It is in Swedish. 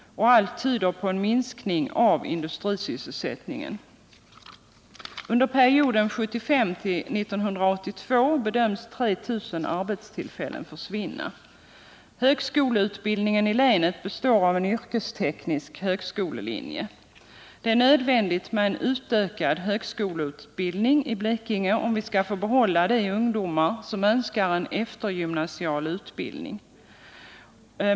Allt tyder på en minskning av industrisysselsättningen. Under perioden 1975-1982 bedöms 3000 arbetstillfällen komma att försvinna. Högskoleutbildningen i länet består av en yrkesteknisk högskolelinje. Det är nödvändigt med en utökad högskoleutbildning i Blekinge, om vi skall få behålla de ungdomar som önskar en eftergymnasial utbildning.